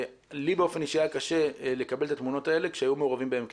לי באופן אישי היה קשה לקבל את התמונות האלה כשהיו מעורבים בהם קטינים.